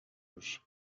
میشیم